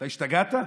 אתה השתגעת?